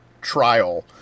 trial